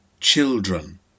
Children